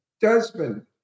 Desmond